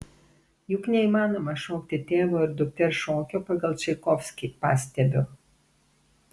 juk neįmanoma šokti tėvo ir dukters šokio pagal čaikovskį pastebiu